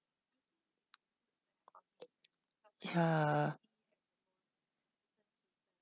ya